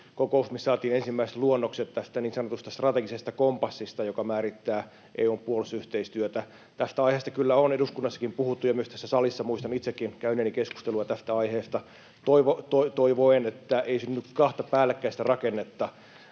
kokous, missä saatiin ensimmäiset luonnokset tästä niin sanotusta strategisesta kompassista, joka määrittää EU:n puolustusyhteistyötä. Tästä aiheesta kyllä on eduskunnassakin puhuttu ja myös tässä salissa, muistan itsekin käyneeni keskustelua tästä aiheesta — toivoen, että ei synny kahta päällekkäistä rakennetta,